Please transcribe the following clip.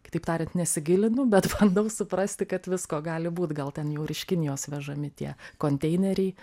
kitaip tariant nesigilinu bet bandau suprasti kad visko gali būt gal ten jau ir iš kinijos vežami tie konteineriai